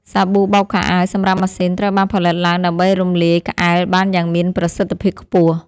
សាប៊ូបោកខោអាវសម្រាប់ម៉ាស៊ីនត្រូវបានផលិតឡើងដើម្បីរំលាយក្អែលបានយ៉ាងមានប្រសិទ្ធភាពខ្ពស់។